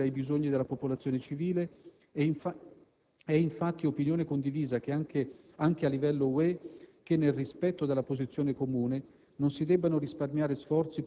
L'Italia è molto sensibile ai bisogni della popolazione civile, è infatti opinione condivisa anche a livello UE che nel rispetto della posizione comune